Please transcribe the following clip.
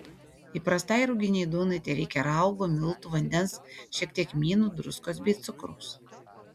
įprastai ruginei duonai tereikia raugo miltų vandens šiek tiek kmynų druskos bei cukraus